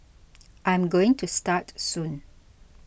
I'm going to start soon